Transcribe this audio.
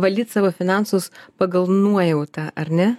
valdyt savo finansus pagal nuojautą ar ne